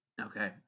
Okay